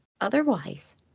otherwise